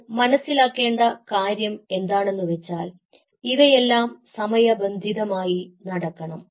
എന്നാൽ മനസ്സിലാക്കേണ്ട കാര്യം എന്താണെന്നുവെച്ചാൽ ഇവയെല്ലാം സമയബന്ധിതമായി നടക്കണം